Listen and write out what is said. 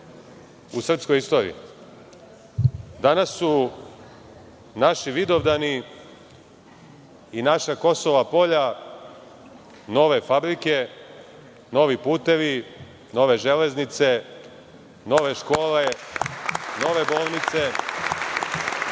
u srpskoj istoriji. Danas su naši vidovdani i naša kosova polja nove fabrike, novi putevi, nove železnice, nove škole, nove bolnice,